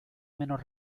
menos